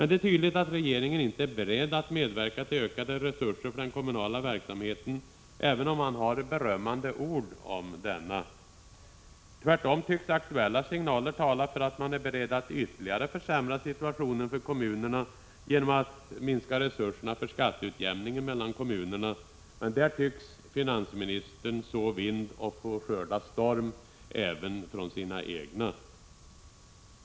Det är tydligt att regeringen inte är beredd att medverka till ökade resurser för den kommunala verksamheten, även om man har berömmande ord om denna. Tvärtom tycks aktuella signaler tala för att man är beredd att ytterligare försämra situationen för kommunerna genom att minska resurserna för skatteutjämningen mellan kommunerna. Där tycks finansministern så vind och få skörda storm även från sina egna.